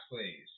please